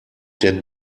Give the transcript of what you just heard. der